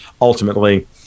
ultimately